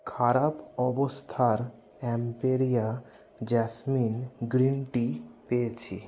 খারাপ অবস্থার Emperia jasmine green tea পেয়েছি